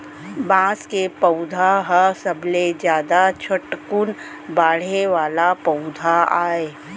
बांस के पउधा ह सबले जादा झटकुन बाड़हे वाला पउधा आय